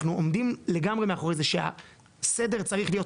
אנחנו עומדים לגמרי מאחורי זה שהסדר צריך להיות,